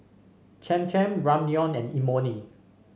Cham Cham Ramyeon and Imoni